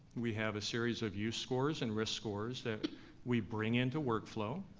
we have a series of use scores and risk scores that we bring into workflow.